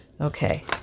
Okay